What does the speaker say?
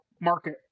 market